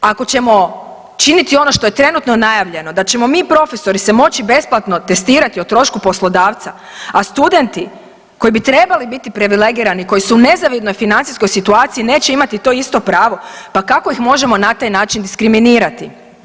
Ako ćemo činiti ono što je trenutno najavljeno da ćemo mi profesori se moći besplatno testirati o trošku poslodavca, a studenti koji bi trebali biti privilegirani koji su u nezavidnoj financijskoj situaciji neće imati to isto pravo, pa kako ih možemo na taj način diskriminirati.